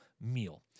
meal